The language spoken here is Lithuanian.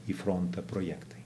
į frontą projektai